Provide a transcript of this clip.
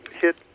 hit